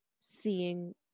seeing